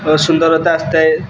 ସୁନ୍ଦରତା ଆସଥାଏ